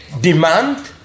demand